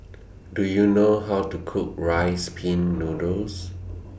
Do YOU know How to Cook Rice Pin Noodles